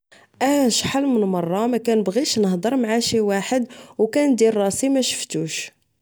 أه شحال من مرة مكنبغيش نهدر مع شي واحد أو كندير راسي مشفتوش